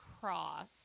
cross